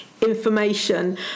information